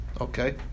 okay